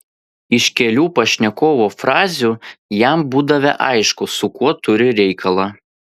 iš kelių pašnekovo frazių jam būdavę aišku su kuo turi reikalą